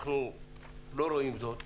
אנו לא רואים זאת,